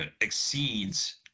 exceeds